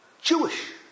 Jewish